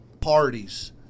parties